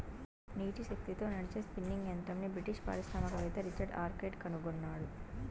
నీటి శక్తితో నడిచే స్పిన్నింగ్ యంత్రంని బ్రిటిష్ పారిశ్రామికవేత్త రిచర్డ్ ఆర్క్రైట్ కనుగొన్నాడు